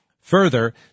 Further